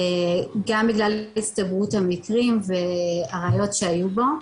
גם בגלל הצטברות המקרים והראיות שהיו בו.